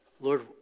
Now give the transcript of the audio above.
Lord